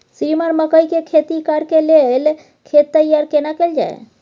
श्रीमान मकई के खेती कॉर के लेल खेत तैयार केना कैल जाए?